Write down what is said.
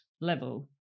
level